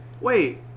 wait